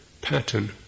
pattern